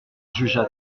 jugea